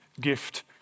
gift